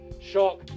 shock